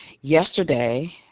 yesterday